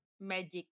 Magic